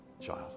child